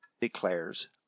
declares